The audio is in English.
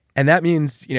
and that means, you know